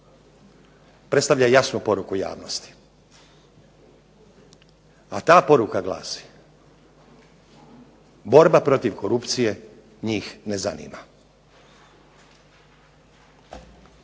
predstavlja jasnu poruku javnosti a ta poruka glasi "Borba protiv korupcije njih ne zanima.".